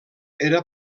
era